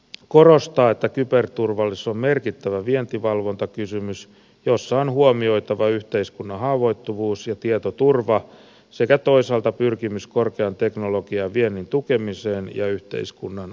ulkoasiainvaliokunta korostaa että kyberturvallisuus on merkittävä vientivalvontakysymys jossa on huomioitava yhteiskunnan haavoittuvuus ja tietoturva sekä toisaalta pyrkimys korkean teknologian ja viennin tukemiseen ja yhteiskunnan avoimuuteen